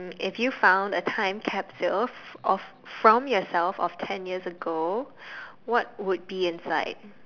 if you found a time capsule of from yourself of ten years ago what would be inside